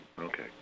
Okay